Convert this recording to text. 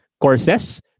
courses